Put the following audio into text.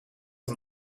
een